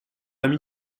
ami